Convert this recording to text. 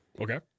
Okay